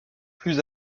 plus